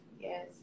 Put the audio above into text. yes